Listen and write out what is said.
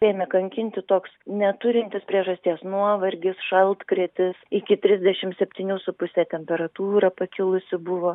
ėmė kankinti toks neturintis priežasties nuovargis šaltkrėtis iki trisdešim septynių su puse temperatūra pakilusi buvo